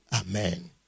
Amen